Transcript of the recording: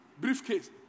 Briefcase